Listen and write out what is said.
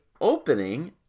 opening